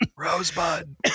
Rosebud